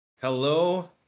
Hello